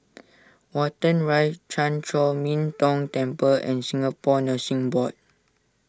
Watten Rise Chan Chor Min Tong Temple and Singapore Nursing Board